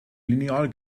lineal